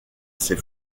assez